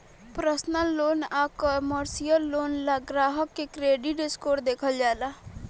personal loan आ commercial loan ला ग्राहक के क्रेडिट स्कोर देखल जाला